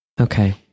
Okay